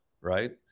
right